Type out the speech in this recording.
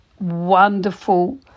wonderful